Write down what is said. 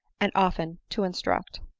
and often to instruct.